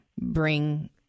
bring